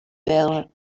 berges